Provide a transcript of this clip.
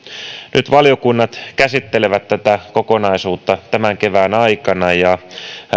nyt valiokunnat käsittelevät tätä kokonaisuutta tämän kevään aikana